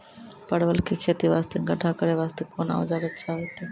परवल के खेती वास्ते गड्ढा करे वास्ते कोंन औजार अच्छा होइतै?